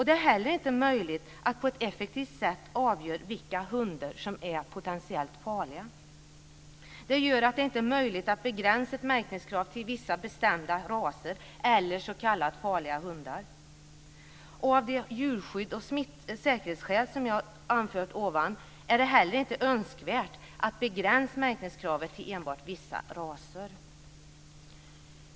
Det är heller inte möjligt att på ett effektivt sätt avgöra vilka hundar som är potentiellt farliga. Det gör att det inte är möjligt att begränsa ett märkningskrav till vissa bestämda raser eller till s.k. farliga hundar. Av det djurskydds och säkerhetsskäl som jag anfört ovan är det heller inte önskvärt att begränsa märkningskravet till enbart vissa raser.